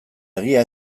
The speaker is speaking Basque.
egia